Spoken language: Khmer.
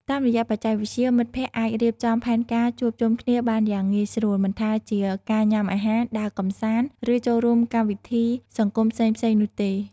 តាមរយៈបច្ចេកវិទ្យា មិត្តភ័ក្តិអាចរៀបចំផែនការជួបជុំគ្នាបានយ៉ាងងាយស្រួល មិនថាជាការញ៉ាំអាហារ ដើរកម្សាន្ត ឬចូលរួមកម្មវិធីសង្គមផ្សេងៗនោះទេ ។